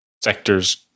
sectors